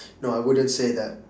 no I wouldn't say that